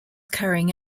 carrying